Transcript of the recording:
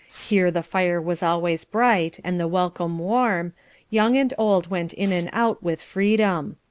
here the fire was always bright and the welcome warm young and old went in and out with freedom.